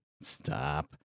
Stop